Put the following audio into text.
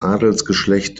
adelsgeschlecht